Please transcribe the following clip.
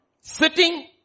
Sitting